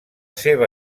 seva